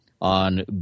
on